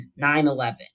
9-11